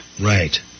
Right